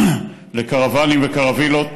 לקרוונים וקרווילות.